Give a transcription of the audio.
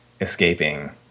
escaping